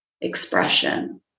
expression